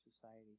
society